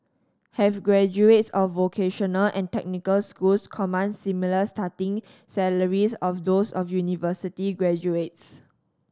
have graduates of vocational and technical schools command similar starting salaries of those of university graduates